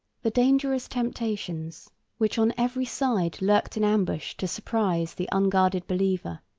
the dangerous temptations which on every side lurked in ambush to surprise the unguarded believer,